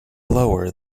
lower